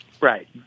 Right